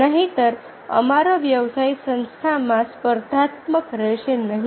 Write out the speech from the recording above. નહિંતર અમારો વ્યવસાય સંસ્થામાં સ્પર્ધાત્મક રહેશે નહીં